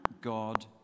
God